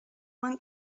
want